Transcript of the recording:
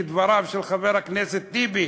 כדבריו של חבר הכנסת טיבי,